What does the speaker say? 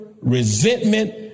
resentment